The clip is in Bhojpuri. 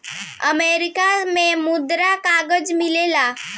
अमेरिका में मुद्रक कागज मिलेला